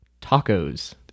Tacos